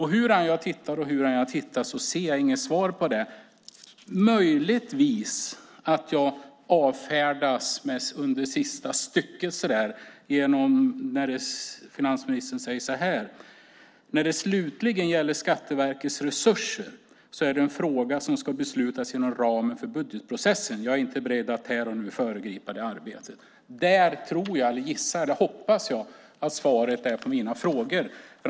Hur jag än tittar ser jag inget svar på dessa frågor. Möjligtvis avfärdas jag i det sista stycket, där finansministern skriver: "När det slutligen gäller Skatteverkets resurser är det en fråga som ska beslutas inom ramen för budgetprocessen. Jag är inte beredd att här och nu föregripa det arbetet." Där tror, gissar eller hoppas jag att svaret på mina frågor finns.